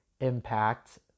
impact